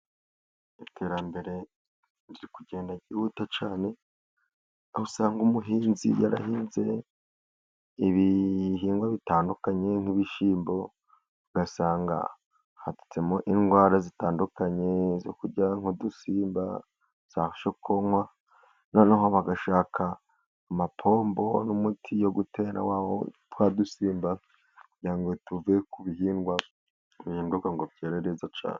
Iterambere riri kugenda ryihuta cyane, aho usanga umuhinzi yarahinze ibihingwa bitandukanye nk'ibishyimbo, ugasanga hadutsemo indwara zitandukanye zo kurya nk'udusimba za shokokwa, noneho bagashaka amapombo n'umuti yo gutera, twa dusimba kugira ngo tuve ku bihingwa, bidahinduka ngo byereruze cyane.